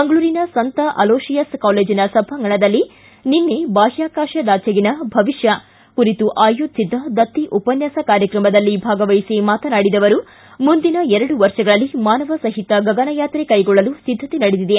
ಮಂಗಳೂರಿನ ಸಂತ ಅಲೋಶಿಯಸ್ ಕಾಲೇಜಿನ ಸಭಾಂಗಣದಲ್ಲಿ ನಿನ್ನೆ ಬಾಹ್ಯಾಕಾತ ದಾಚೆಗಿನ ಭವಿಷ್ಯ ಎಂಬ ವಿಷಯದ ಕುರಿತು ಆಯೋಜಿಸದ್ದ ದತ್ತಿ ಉಪನ್ನಾಸ ಕಾರ್ಯಕ್ರಮದಲ್ಲಿ ಭಾಗವಹಿಸಿ ಮಾತನಾಡಿದ ಅವರು ಮುಂದಿನ ಎರಡು ವರ್ಷಗಳಲ್ಲಿ ಮಾನವ ಸಹಿತ ಗಗನಯಾತ್ರೆ ಕೈಗೊಳ್ಳಲು ಸಿದ್ದತೆ ನಡೆದಿದೆ